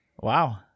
Wow